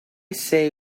say